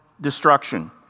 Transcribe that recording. destruction